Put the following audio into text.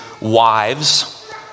wives